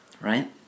right